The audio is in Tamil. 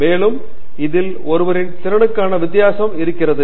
மேலும் இதில் ஒருவரின் திறனுக்கான வித்தியாசம் இருக்கிறது